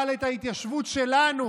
אבל את ההתיישבות שלנו,